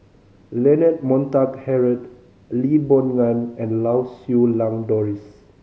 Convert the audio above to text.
Leonard Montague Harrod Lee Boon Ngan and Lau Siew Lang Doris